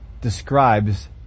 describes